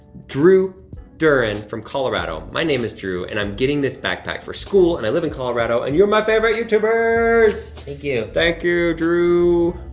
drew durhan from colorado, my name is drew and i'm getting this backpack for school and i live in colorado and you're my favorite youtubers. thank you. thank you, drew.